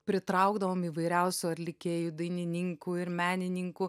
pritraukdavom įvairiausių atlikėjų dainininkų ir menininkų